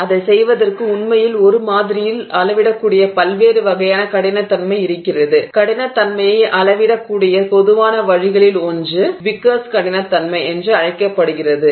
எனவே அதை செய்வதற்கு உண்மையில் ஒரு மாதிரியில் அளவிடக்கூடிய பல்வேறு வகையான கடினத்தன்மை இருக்கிறது கடினத்தன்மையை அளவிடக்கூடிய பொதுவான வழிகளில் ஒன்று விக்கர்ஸ் கடினத்தன்மை என்று அழைக்கப்படுகிறது